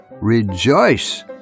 rejoice